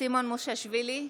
סימון מושיאשוילי,